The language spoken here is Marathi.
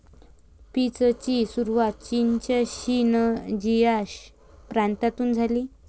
पीचची सुरुवात चीनच्या शिनजियांग प्रांतातून झाली